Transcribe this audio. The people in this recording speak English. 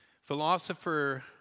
Philosopher